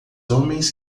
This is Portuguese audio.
homens